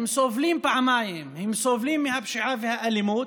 הם סובלים פעמיים: הם סובלים מהפשיעה והאלימות